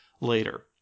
later